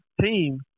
team